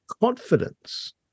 confidence